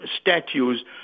statues